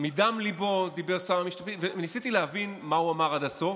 מדם ליבו דיבר שר המשפטים וניסיתי להבין מה הוא אמר עד הסוף.